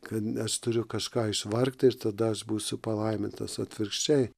kad aš turiu kažką išvargt ir tada aš būsiu palaimintas atvirkščiai